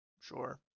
sure